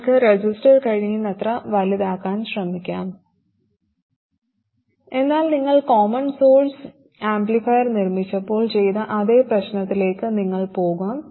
നിങ്ങൾക്ക് റെസിസ്റ്റർ കഴിയുന്നത്ര വലുതാക്കാൻ ശ്രമിക്കാം എന്നാൽ നിങ്ങൾ കോമൺ സോഴ്സ് ആംപ്ലിഫയർ നിർമ്മിച്ചപ്പോൾ ചെയ്ത അതേ പ്രശ്നത്തിലേക്ക് നിങ്ങൾ പോകും